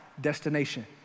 destination